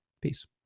Peace